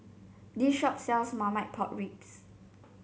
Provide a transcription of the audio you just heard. this shop sells Marmite Pork Ribs